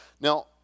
Now